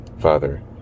Father